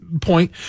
point